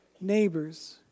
neighbors